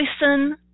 listen